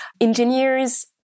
engineers